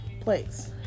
place